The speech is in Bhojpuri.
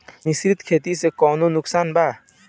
मिश्रित खेती से कौनो नुकसान वा?